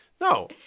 No